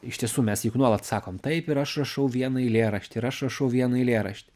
iš tiesų mes juk nuolat sakom taip ir aš rašau vieną eilėraštį ir aš rašau vieną eilėraštį